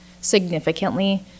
significantly